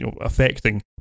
affecting